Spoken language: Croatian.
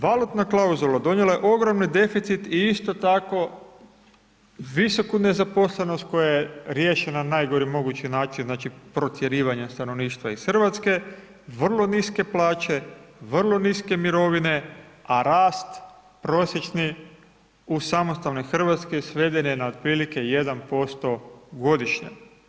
Valutna klauzula donijela je ogromni deficit i isto tako visoku nezaposlenost koja je riješena na najgori mogući način, znači protjerivanjem stanovništva iz Hrvatske, vrlo niske plaće, vrlo niske mirovine, a rast prosječni, u samostalnoj Hrvatskoj, sveden je na otprilike 1% godišnje.